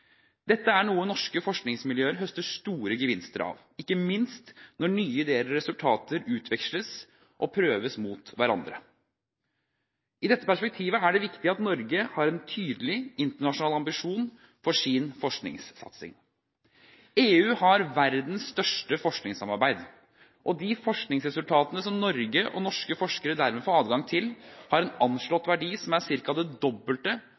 Dette er noe norske forskningsmiljøer høster store gevinster av, ikke minst når nye ideer og resultater utveksles og prøves mot hverandre. I dette perspektivet er det viktig at Norge har en tydelig internasjonal ambisjon for sin forskningssatsing. EU har verdens største forskningssamarbeid, og de forskningsresultatene som Norge og norske forskere dermed får adgang til, har en anslått verdi som er ca. det dobbelte